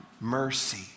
mercy